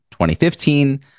2015